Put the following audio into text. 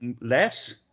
less